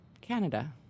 Canada